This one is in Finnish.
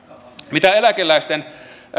mitä eläkeläisten